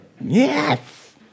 yes